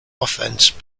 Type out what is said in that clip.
offense